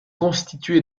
constitué